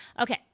Okay